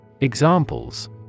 Examples